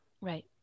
Right